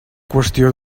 qüestió